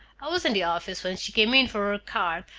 i was in the office when she came in for her card,